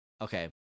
okay